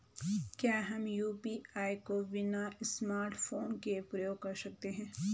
क्या हम यु.पी.आई को बिना स्मार्टफ़ोन के प्रयोग कर सकते हैं?